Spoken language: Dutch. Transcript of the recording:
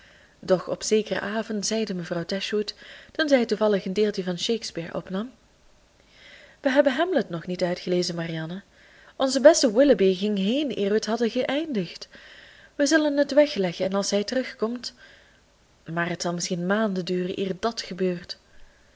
doch op zekeren avond zeide mevrouw dashwood toen zij toevallig een deeltje van shakespeare opnam we hebben hamlet nog niet uitgelezen marianne onze beste willoughby ging heen eer we t hadden geëindigd we zullen het wegleggen en als hij terugkomt maar het zal misschien maanden duren eer dàt gebeurt